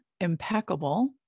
impeccable